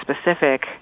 specific